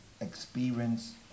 experience